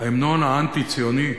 ההמנון האנטי-ציוני,